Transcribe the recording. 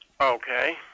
Okay